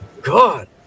God